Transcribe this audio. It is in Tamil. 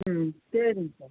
ம் சரிங் சார்